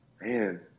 man